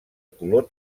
color